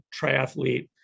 triathlete